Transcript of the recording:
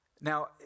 Now